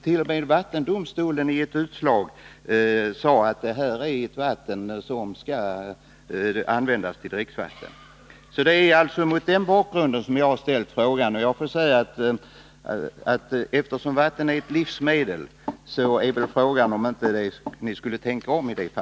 T. o. m. vattendomstolen förklarade i ett utslag att detta vatten kunde användas som dricksvatten. Det är mot den bakgrunden som jag har ställt frågan. Jag får säga att eftersom vatten är ett livsmedel borde regeringen tänka om.